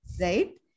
right